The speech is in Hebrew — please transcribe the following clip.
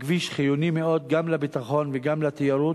הכביש חיוני מאוד, גם לביטחון וגם לתיירות,